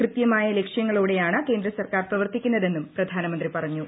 കൃത്യമായ ലക്ഷ്യങ്ങളോടെയാണ് കേന്ദ്ര സർക്കാർ പ്രവർത്തിക്കുന്നതെന്നും പ്രധാനമന്ത്രി പറഞ്ഞു